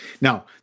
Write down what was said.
Now